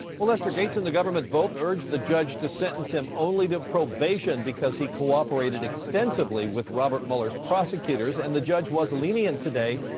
lester, gates and the government both urged the judge to sentence him only to probation because he cooperated extensively with robert mueller's prosecutors, and the judge was lenient today,